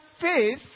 faith